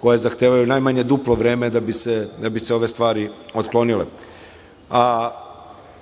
koje zahtevaju najmanje duplo vreme da bi se ove stvari otklonile. Od